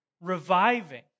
reviving